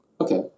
Okay